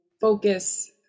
focus